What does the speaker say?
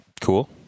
Cool